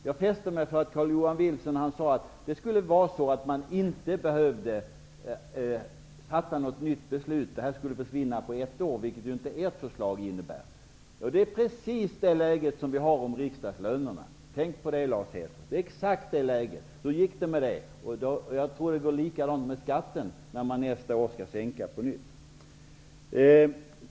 Jag fäste mig vid att Carl-Johan Wilson sade att det skulle vara så, att man inte behövde fatta något nytt beslut utan att detta skulle försvinna efter år, något som inte är fallet med ert förslag. Det är precis samma läge som vi har när det gäller riksdagslönerna -- tänk på det, Lars Hedfors. Vi vet hur det gick, och jag tror att det blir likadant med skatten, om vi nästa år skall sänka den på nytt.